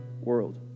world